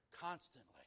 constantly